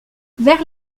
vers